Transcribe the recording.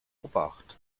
obacht